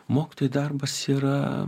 mokytojų darbas yra